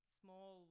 small